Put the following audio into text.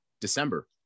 December